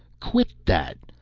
quit that!